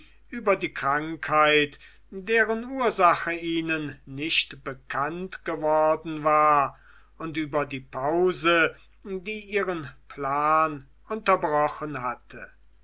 über die krankheit deren ursache ihnen nicht bekannt geworden war und über die pause die ihren plan unterbrochen hatte